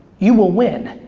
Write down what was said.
you will win.